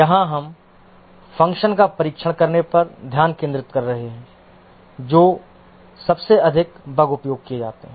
यहां हम फ़ंक्शन का परीक्षण करने पर ध्यान केंद्रित कर रहे हैं जो सबसे अधिक बार उपयोग किए जाते हैं